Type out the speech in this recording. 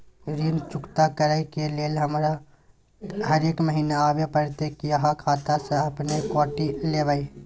ऋण चुकता करै के लेल हमरा हरेक महीने आबै परतै कि आहाँ खाता स अपने काटि लेबै?